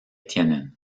tienen